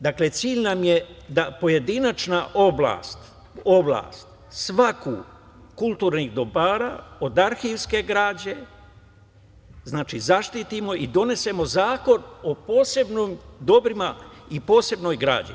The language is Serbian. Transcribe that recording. Dakle, cilj nam je da pojedinačna oblast svih kulturnih dobara, od arhivske građe, zaštitimo i donesemo zakon o posebnim dobrima i posebnoj građi.